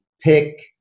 pick